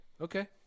Okay